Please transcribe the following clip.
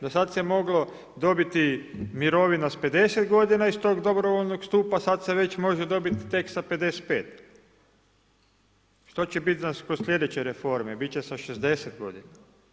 Do sada se mogla dobiti mirovina s 50 godina iz toga dobrovoljnog stupa, sad se može dobiti tek sa 55, što će biti kod slijedeće reforme, biti će sa 60 godina.